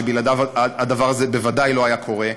שבלעדיו הדבר הזה בוודאי לא היה קורה.